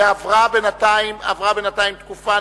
ועברה בינתיים תקופה.